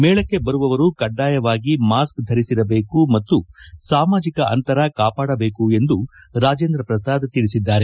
ಮೇಳಕ್ಕೆ ಬರುವವರು ಕಡ್ಡಾಯವಾಗಿ ಮಾಸ್ಕ್ ಧರಿಸಿರಬೇಕು ಮತ್ತು ಸಾಮಾಜಿಕ ಅಂತರ ಕಾಪಾಡಬೇಕು ಎಂದು ರಾಜೇಂದ್ರ ಪ್ರಸಾದ್ ತಿಳಿಸಿದ್ದಾರೆ